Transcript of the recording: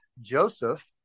Joseph